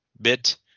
bit